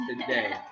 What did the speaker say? today